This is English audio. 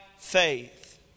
Faith